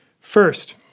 First